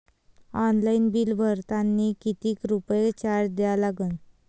Online bill भरतानी कितीक रुपये चार्ज द्या लागन?